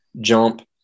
jump